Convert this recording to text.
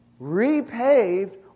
repaved